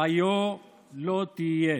היה לא תהיה.